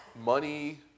money